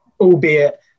albeit